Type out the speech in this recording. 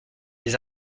les